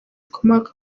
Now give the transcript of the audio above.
zikomoka